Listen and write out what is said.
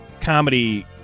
comedy